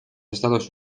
estados